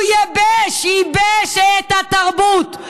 הוא ייבש, ייבש את התרבות.